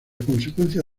consecuencia